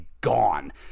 gone